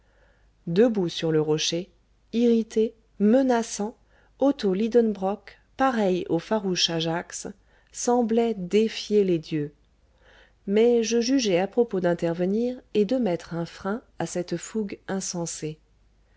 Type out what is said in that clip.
debout sur le rocher irrité menaçant otto lidenbrock pareil au farouche ajax semblait défier les dieux mais je jugeai à propos d'intervenir et de mettre un frein à cette fougue insensée